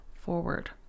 forward